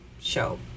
show